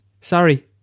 Sorry